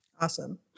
awesome